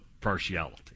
partiality